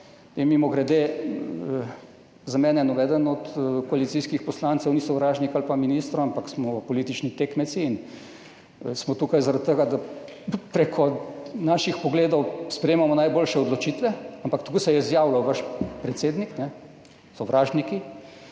Mimogrede, za mene nobeden od koalicijskih poslancev ali pa ministrov ni sovražnik, ampak smo politični tekmeci in smo tukaj zaradi tega, da prek naših pogledov sprejemamo najboljše odločitve, ampak tako je izjavil vaš predsednik – sovražniki,